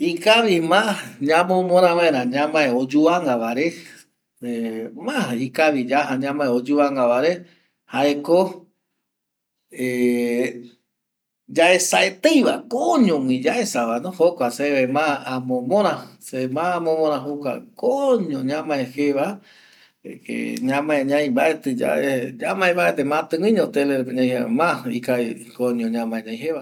Ikavima ñamomora vaera ñamae oyuvanga vare, ma ikavi yaja ñamae oyuvanga vare jaeko yaesaeteiva koñogui yaesavano jokua se ma amomora se ma amomora koño ñamae jeva que ñamae ñai mbaetɨ yave ñamae paraete matɨguiño telepe rupi ñamae ñai jeva ma ikavi koño ñamae ñai jeva